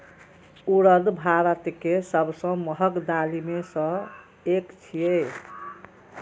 उड़द भारत के सबसं महग दालि मे सं एक छियै